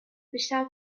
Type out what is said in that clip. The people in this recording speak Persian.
بیشتر